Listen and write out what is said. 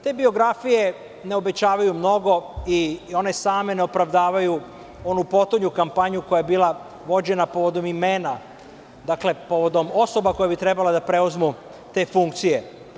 Te biografije ne obećavaju mnogo i one same ne opravdavaju onu potonju kampanju koja je bila vođena povodom imena, dakle, povodom osoba koje bi trebale da preuzmu te funkcije.